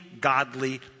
godly